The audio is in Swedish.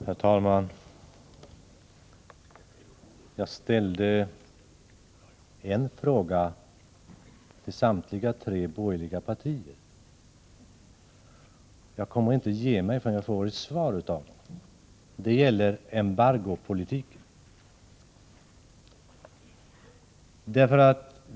Herr talman! Jag ställde en fråga till samtliga tre borgerliga partier, och jag kommer inte att ge mig förrän jag får svar av dem. Det gäller embargopolitiken.